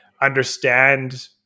understand